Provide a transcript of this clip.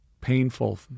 painful